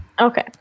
okay